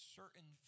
certain